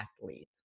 athlete